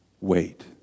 wait